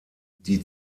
die